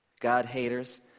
God-haters